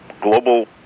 global